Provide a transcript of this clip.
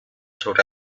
sobre